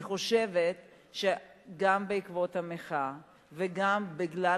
אני חושבת שגם בעקבות המחאה וגם בגלל